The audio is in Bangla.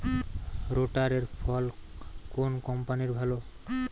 রোটারের ফল কোন কম্পানির ভালো?